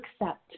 accept